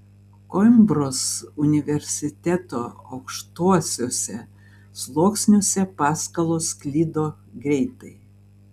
koimbros universiteto aukštuosiuose sluoksniuose paskalos sklido greitai